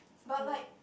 but like